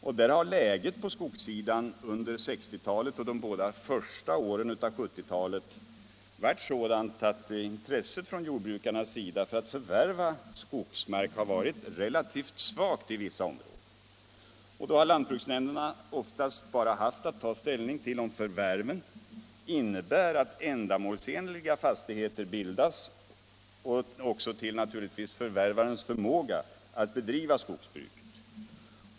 Under 1960-talet och de båda första åren av 1970-talet har intresset hos jordbrukarna för att förvärva skogsmark varit relativt svagt i vissa områden, och då har lantbruksnämnderna oftast bara haft att ta ställning till om förvärven innebär att ändamålsenliga fastigheter bildas och, naturligtvis, till förvärvarens förmåga att bedriva skogsbruk.